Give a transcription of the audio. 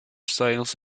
styles